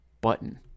button